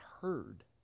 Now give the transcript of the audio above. heard